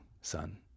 son